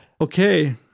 Okay